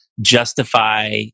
justify